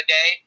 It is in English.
Day